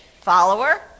follower